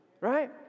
Right